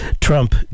Trump